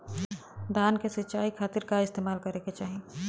धान के सिंचाई खाती का इस्तेमाल करे के चाही?